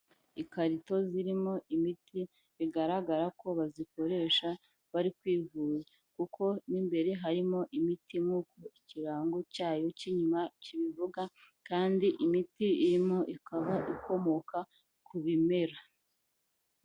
Ikarito zirimo imiti bigaragara ko bazikoresha bari kwivuza kuko mo imbere harimo imiti nk'uko ikirango cyayo cy'inyuma kibivuga kandi imiti irimo ikaba ikomoka ku bimera.